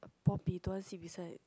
don't want seat beside